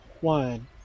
One